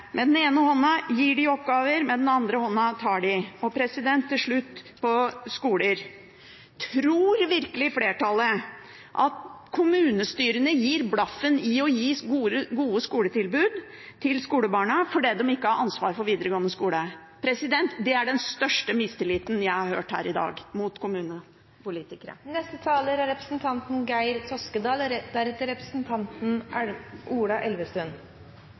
Med den ene hånda gir de oppgaver, og med den andre hånda tar de. Til slutt når det gjelder skoler: Tror virkelig flertallet at kommunestyrene gir blaffen i å gi gode skoletilbud til skolebarna fordi de ikke har ansvaret for videregående skole? Det er den største mistilliten til kommunepolitikere jeg har hørt her i dag.